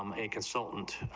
um a consultant,